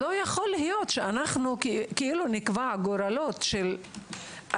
לא יכול להיות שאנחנו כאילו נקבע את גורלו של ילד,